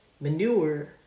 Manure